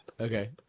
Okay